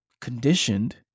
conditioned